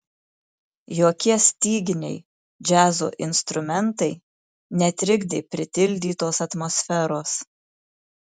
jokie styginiai džiazo instrumentai netrikdė pritildytos atmosferos